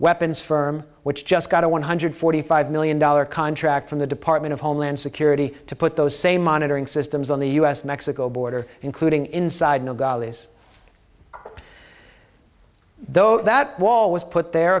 weapons firm which just got a one hundred forty five million dollar contract from the department of homeland security to put those same monitoring systems on the us mexico border including inside nogales though that wall was put the